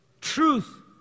truth